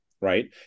right